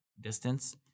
distance